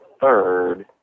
third